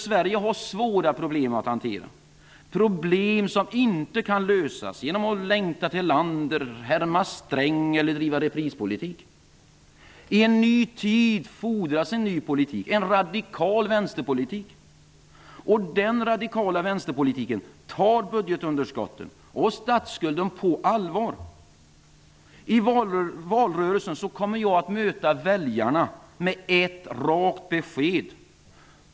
Sverige har svåra problem att hantera, problem som inte kan lösas genom att längta till Erlander, härma Sträng eller driva reprispolitik. I en ny tid fordras en ny politik, en radikal vänsterpolitik. Och den radikala vänsterpolitiken tar budgetunderskotten och statsskulden på allvar. I valrörelsen kommer jag att möta väljarna med ett rakt besked.